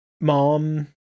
mom